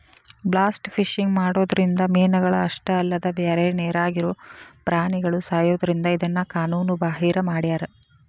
blast fishing ಮಾಡೋದ್ರಿಂದ ಮೇನಗಳ ಅಷ್ಟ ಅಲ್ಲದ ಬ್ಯಾರೆ ನೇರಾಗಿರೋ ಪ್ರಾಣಿಗಳು ಸಾಯೋದ್ರಿಂದ ಇದನ್ನ ಕಾನೂನು ಬಾಹಿರ ಮಾಡ್ಯಾರ